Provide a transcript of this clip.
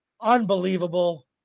unbelievable